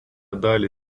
dalį